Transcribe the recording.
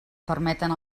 permeten